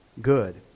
good